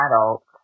adults